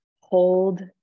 hold